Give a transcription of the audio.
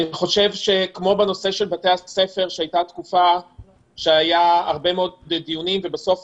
אני חושב שכמו בנושא של בתי הספר שהיו הרבה מאוד דיונים והדעות השתנו,